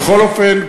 בכל אופן,